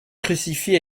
crucifix